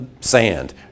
sand